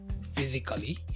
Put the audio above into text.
physically